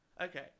Okay